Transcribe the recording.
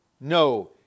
No